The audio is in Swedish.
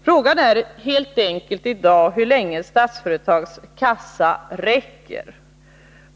Frågan är helt enkelt i dag hur länge Statsföretags kassa räcker.